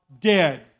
dead